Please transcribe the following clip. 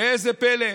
ראה זה פלא,